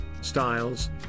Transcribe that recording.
styles